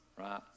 Right